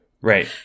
right